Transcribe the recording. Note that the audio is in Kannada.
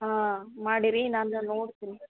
ಹಾಂ ಮಾಡಿರಿ ನಾನು ನೋಡ್ತೀನಿ